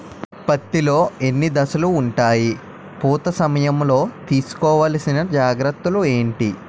పత్తి లో ఎన్ని దశలు ఉంటాయి? పూత సమయం లో తీసుకోవల్సిన జాగ్రత్తలు ఏంటి?